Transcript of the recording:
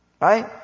Right